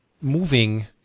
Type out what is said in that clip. moving